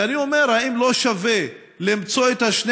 ואני אומר: האם לא שווה למצוא את ה-2